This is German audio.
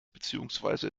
beziehungsweise